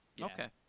Okay